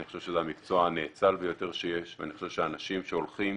אני חושב שזה המקצוע הנאצל ביותר שיש ואני חושב שאנשים שהולכים